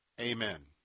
Amen